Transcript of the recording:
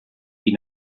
die